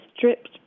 dripped